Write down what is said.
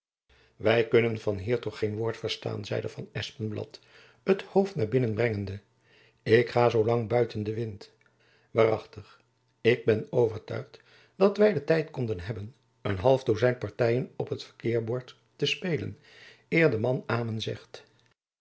wy kunnen van hier toch geen woord verstaan zeide van espenblad het hoofd naar binnen brengende ik ga zoo lang buiten den wind waarachtig ik ben overtuigd dat wy den tijd konden hebben een half dozijn partyen op t verkeerbord te spelen eer de man amen zegt